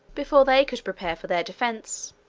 before they could prepare for their defence.